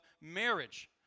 marriage